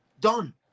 Done